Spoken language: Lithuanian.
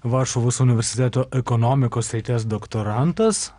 varšuvos universiteto ekonomikos srities doktorantas